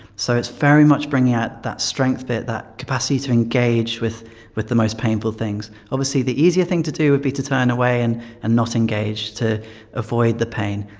so it's very much bringing out that strength bit, that capacity to engage with with the most painful things. obviously the easier thing to do would be to turn away and and not engage, to avoid the pain.